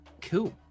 cool